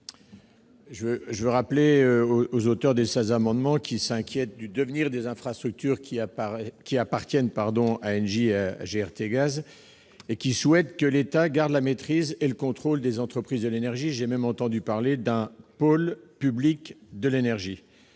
? Je rappelle aux auteurs de ces amendements qui s'inquiètent du devenir des infrastructures appartenant à Engie et à GRTgaz, et qui souhaitent que l'État garde la maîtrise et le contrôle des entreprises de l'énergie- j'ai même entendu parler d'un pôle public de l'énergie